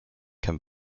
can